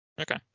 okay